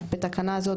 בתקנה זו,